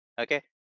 Okay